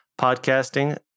podcasting